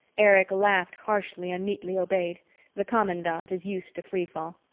erich laughed harshly and neatly obeyed the commandant is used to free fall.